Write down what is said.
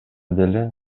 деле